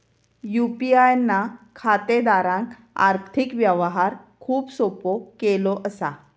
UPI ना खातेदारांक आर्थिक व्यवहार खूप सोपो केलो असा